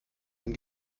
ein